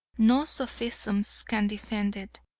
no sophisms can defend it,